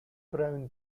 brown